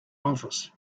office